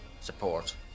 support